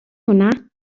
hwnna